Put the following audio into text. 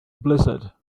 blizzard